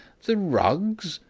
the rugs?